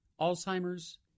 Alzheimer's